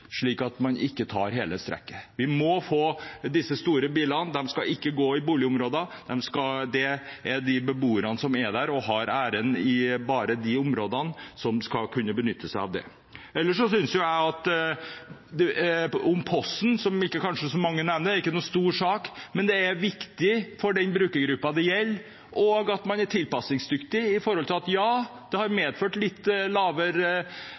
slik at man ikke tar hele strekket. Disse store bilene skal ikke gå i boligområder, det er bare beboerne der og de som har ærend i de områdene, som skal kunne benytte seg av det. Til Posten, som kanskje ikke så mange nevner, og som ikke er en stor sak, men viktig for den brukergruppen det gjelder. Man må være tilpasningsdyktig med tanke på at jo, det har medført litt lavere